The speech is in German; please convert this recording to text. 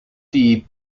die